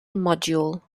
module